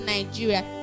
Nigeria